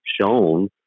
shown